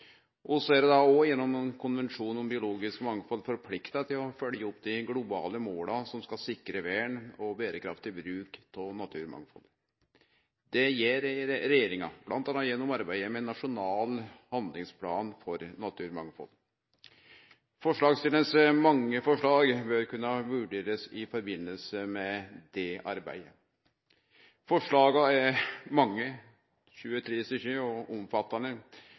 jobben. Så er vi gjennom konvensjonen om biologisk mangfald forplikta til å følgje opp dei globale måla som skal sikre vern og berekraftig bruk av naturmangfaldet. Det gjer regjeringa, bl.a. gjennom arbeidet med ein nasjonal handlingsplan for naturmangfald. Forslagsstillaranes mange forslag bør kunne vurderast i forbindelse med det arbeidet. Forslaga er mange, 23 stykk, og omfattande,